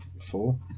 four